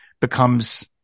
becomes